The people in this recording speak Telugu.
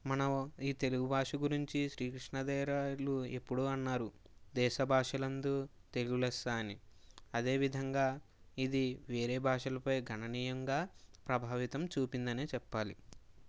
మనం ఈ తెలుగు భాష గురించి శ్రీకృష్ణదేవరాయలు ఎప్పుడో అన్నారు దేశభాషలందు తెలుగు లెస్స అని అదేవిధంగా ఇది వేరే భాషలపై గణనీయంగా ప్రభావితం చూపిందనే చెప్పాలి